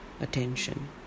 attention